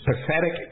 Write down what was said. pathetic